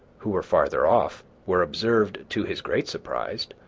who were farther off, were observed, to his great surprise,